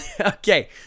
Okay